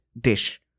dish